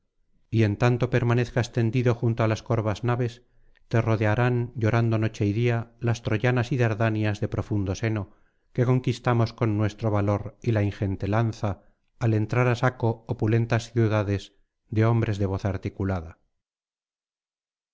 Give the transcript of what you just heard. y en tanto permanezcas tendido junto á las corvas naves te rodearán llorando noche y día las troyanas y dardanias de profundo seno que conquistamos con nuestro valor y la ingente lanza al entrar á saco opulentas ciudades de hombres de voz articulada